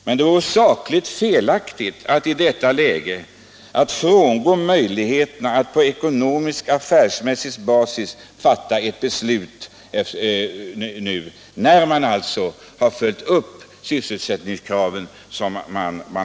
Det vore emellertid sakligt felaktigt att i detta läge avhända sig möjligheterna att på ekonomisk, affärsmässig basis fatta ett beslut nu, när man, som Kalmar Verkstads AB, har följt upp sysselsättningskraven.